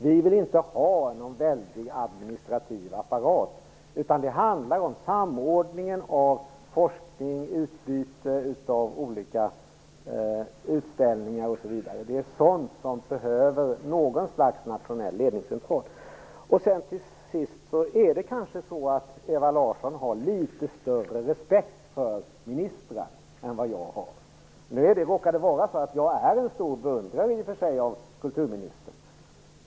Vi vill inte ha någon väldig administrativ apparat, utan det handlar om samordning av forskning, utbyte av olika utställningar, osv. Det är sådant som behöver någon sorts nationell ledning. Det kanske är så att Ewa Larsson har litet större respekt för ministrar än vad jag har. Nu råkar det vara så att jag i och för sig är en stor beundrare av kulturministern.